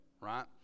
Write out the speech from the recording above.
right